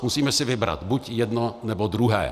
Musíme si vybrat buď jedno, nebo druhé.